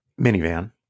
minivan